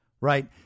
right